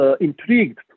intrigued